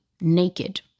naked